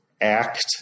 act